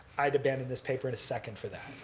i'd abandon this paper in a second for that.